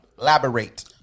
elaborate